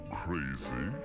crazy